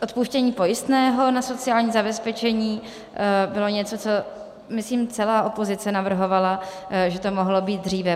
Odpuštění pojistného na sociální zabezpečení bylo něco, co myslím celá opozice navrhovala, že to mohlo být dříve.